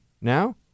now